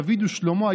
דוד ושלמה,